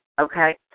okay